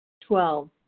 Twelve